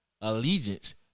allegiance